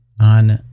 on